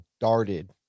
darted